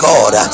God